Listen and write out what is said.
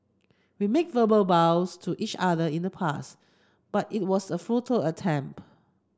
we made verbal vows to each other in the past but it was a futile attempt